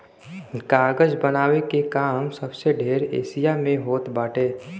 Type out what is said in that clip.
कागज बनावे के काम सबसे ढेर एशिया में होत बाटे